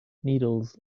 needles